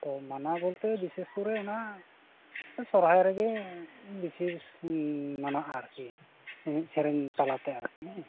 ᱛᱚ ᱢᱟᱱᱟᱣ ᱵᱚᱞᱛᱮ ᱵᱤᱥᱮᱥ ᱠᱚᱨᱮ ᱚᱱᱟ ᱥᱚᱦᱨᱟᱭ ᱨᱮᱜᱮ ᱵᱤᱥᱤ ᱢᱟᱱᱟᱜᱼᱟ ᱟᱨᱠᱤ ᱮᱱᱮᱡ ᱥᱮᱨᱮᱧ ᱛᱟᱞᱟᱛᱮ ᱟᱨᱠᱤ ᱦᱮᱸ